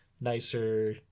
nicer